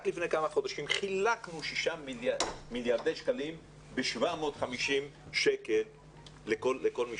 רק לפני כמה חודשים חילקנו שישה מיליארדי שקלים לפי 750 שקל לכל משפחה.